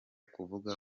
kuvuga